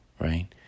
Right